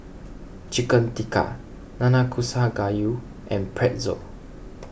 Chicken Tikka Nanakusa Gayu and Pretzel